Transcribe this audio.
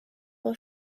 will